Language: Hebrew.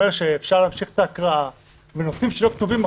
אפשר להמשיך את ההקראה בנושאים שלא כתובים בחוק,